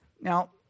Now